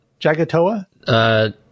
Jagatoa